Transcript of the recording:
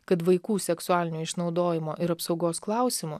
kad vaikų seksualinio išnaudojimo ir apsaugos klausimu